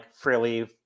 frilly